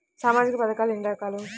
సామాజిక పథకాలు ఎన్ని రకాలు?